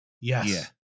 Yes